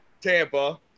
Tampa